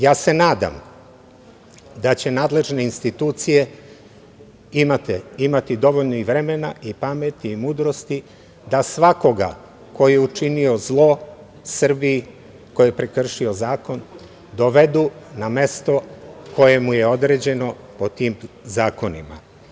Ja se nadam da će nadležne institucije imati dovoljno i vremena i pameti i mudrosti da svakoga ko je učinio zlo Srbiji, ko je prekršio zakon, dovedu na mesto koje mu je određeno po tim zakonima.